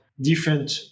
different